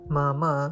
Mama